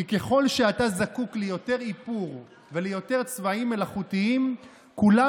כי ככל שאתה זקוק ליותר איפור וליותר צבעים מלאכותיים כולם